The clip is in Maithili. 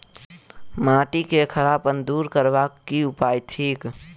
माटि केँ खड़ापन दूर करबाक की उपाय थिक?